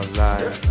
life